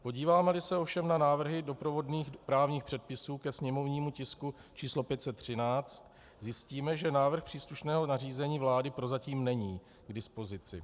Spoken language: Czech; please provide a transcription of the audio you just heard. Podívámeli se ovšem na návrhy doprovodných právních předpisů ke sněmovnímu tisku číslo 513, zjistíme, že návrh příslušného nařízení vlády prozatím není k dispozici.